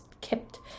kept